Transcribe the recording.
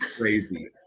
crazy